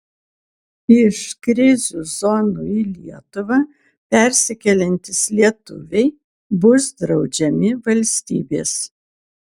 iš krizių zonų į lietuvą persikeliantys lietuviai bus draudžiami valstybės